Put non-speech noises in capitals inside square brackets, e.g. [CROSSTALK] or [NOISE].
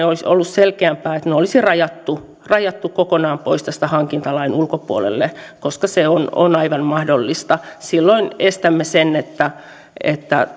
[UNINTELLIGIBLE] olisi ollut selkeämpää että ne olisi rajattu rajattu ihan kokonaan pois tästä hankintalain ulkopuolelle koska se on on aivan mahdollista silloin estämme sen että että [UNINTELLIGIBLE]